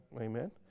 Amen